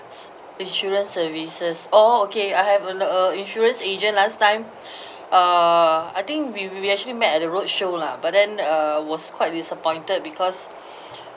insurance services oh okay I have a a insurance agent last time uh I think we we actually met at the roadshow lah but then uh was quite disappointed because